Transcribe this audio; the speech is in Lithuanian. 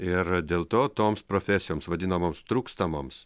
ir dėl to toms profesijoms vadinamoms trūkstamoms